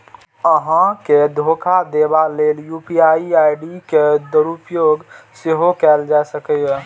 अहां के धोखा देबा लेल यू.पी.आई आई.डी के दुरुपयोग सेहो कैल जा सकैए